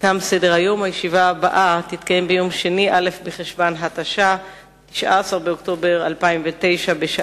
ביום כ"ה בסיוון תשס"ט (17 ביוני 2009): בחג השבועות האחרון וביום